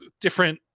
different